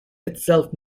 itself